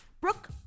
Brooke